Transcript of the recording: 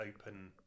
open